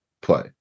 play